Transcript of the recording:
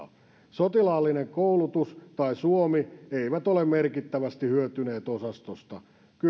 sotilaallinen koulutus tai suomi eivät ole merkittävästi hyötyneet osastosta